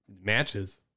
Matches